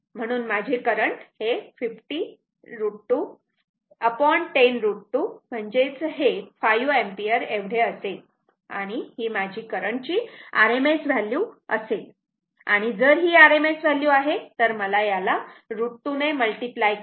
म्हणून माझे करंट हे 50 √ 210 √ 2 5 एंपियर एवढे असेल आणि ही माझी करंट ची RMS व्हॅल्यू असेल आणि जर ही RMS व्हॅल्यू आहे तर मला याला √ 2 ने मल्टिप्लाय केल्यावर 7